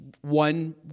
one